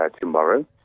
tomorrow